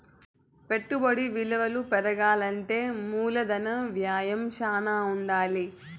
పెట్టుబడి విలువ పెరగాలంటే మూలధన వ్యయం శ్యానా ఉండాలి